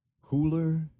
cooler